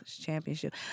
championship